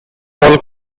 whole